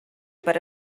per